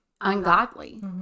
ungodly